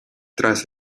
tras